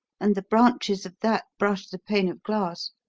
and the branches of that brush the pane of glass.